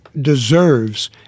deserves